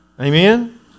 Amen